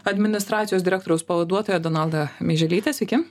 administracijos direktoriaus pavaduotoja donalda meiželytė sveiki